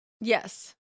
Yes